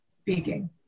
speaking